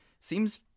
Seems